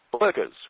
workers